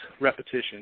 repetition